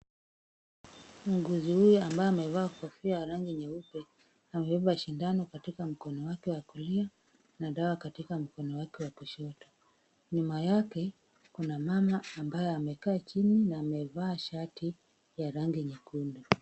Muuguzi huyu ambaye amevaa kofia ya rangi nyeupe, amebeba sindano katika mkono wake wa kulia, na dawa katika mkono wake wa kushoto. Nyuma yake, kuna mama ambaye amekaa chini na amevaa shati ya rangi nyekundu.